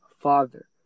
father